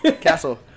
Castle